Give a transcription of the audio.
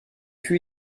fut